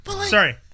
Sorry